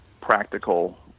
practical